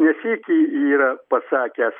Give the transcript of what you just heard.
nesyk yra pasakęs